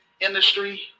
industry